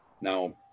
Now